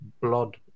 blood